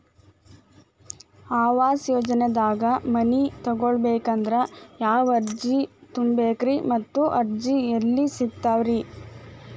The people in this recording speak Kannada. ಆವಾಸ ಯೋಜನೆದಾಗ ಮನಿ ತೊಗೋಬೇಕಂದ್ರ ಯಾವ ಅರ್ಜಿ ತುಂಬೇಕ್ರಿ ಮತ್ತ ಅರ್ಜಿ ಎಲ್ಲಿ ಸಿಗತಾವ್ರಿ?